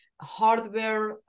hardware